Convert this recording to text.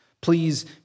Please